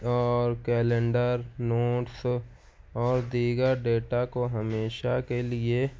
اور calendar notes اور دیگر ڈیٹا کو ہمیشہ کے لیے